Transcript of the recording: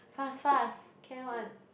fast fast can one